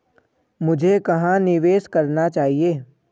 मुझे कहां निवेश करना चाहिए?